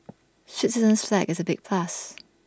Switzerland's flag is A big plus